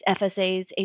FSAs